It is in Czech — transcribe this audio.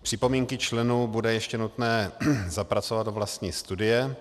Připomínky členů bude ještě nutné zapracovat do vlastní studie.